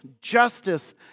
justice